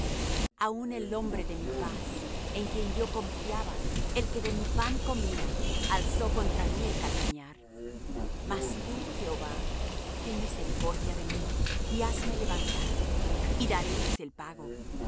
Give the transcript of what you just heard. aun el hombre de mi paz en quien yo confiaba el que de mi pan comía alzó contra mí el calcañar mas tú jehová ten misericordia de mí y hazme levantar y daréles el pago en